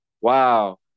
wow